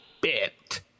bit